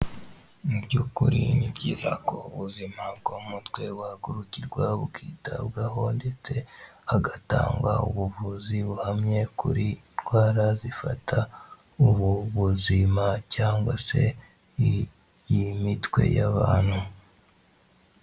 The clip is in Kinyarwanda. Mu by'ukuri ni byiza ko ubuzima bwo mu mutwe buhagurukirwa bukitabwaho ndetse hagatangwa ubuvuzi buhamye, kuri indwara zifata ubu buzima cyangwa se iyi mitwe y'abantu.